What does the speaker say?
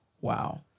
Wow